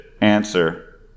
answer